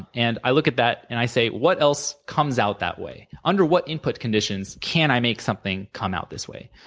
and i look at that, and i say, what else comes out that way? under what input conditions can i make something come out this way?